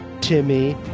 Timmy